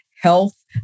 health